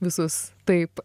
visus taip